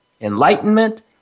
enlightenment